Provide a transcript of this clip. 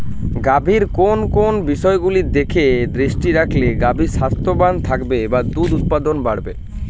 গাভীর কোন কোন বিষয়গুলোর দিকে দৃষ্টি রাখলে গাভী স্বাস্থ্যবান থাকবে বা দুধ উৎপাদন বাড়বে?